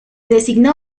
designó